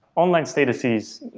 online statuses,